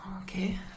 okay